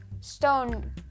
stone